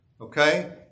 Okay